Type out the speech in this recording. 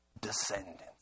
descendants